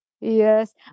Yes